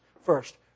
first